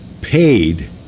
paid